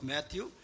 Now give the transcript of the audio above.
Matthew